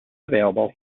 available